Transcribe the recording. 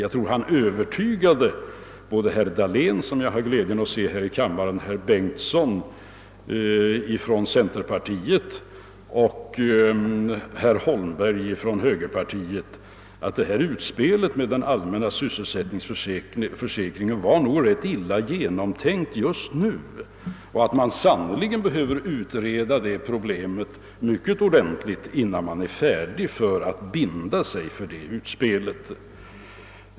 Jag tror att herr Arne Geijer övertygade herr Dahlén från folkpartiet — som jag har glädjen att se här i kammaren — herr Bengtson från centerpartiet och herr Holmberg från högerpartiet om att utspelet med den allmänna sysselsättningsförsäkringen nog var rätt illa genomtänkt just nu och att man sannerligen behöver utreda det problemet mycket ordentligt, innan man är färdig att binda sig för det utspelet.